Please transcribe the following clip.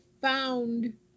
found